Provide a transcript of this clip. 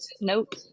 Nope